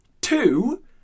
two